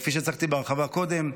כפי שהצגתי בהרחבה קודם.